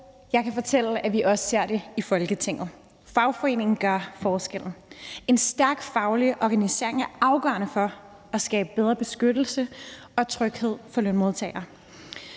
jeg kan fortælle, at vi også ser det i Folketinget. Fagforeningen gør forskellen. En stærk faglig organisering er afgørende for at skabe bedre beskyttelse og tryghed for lønmodtagere.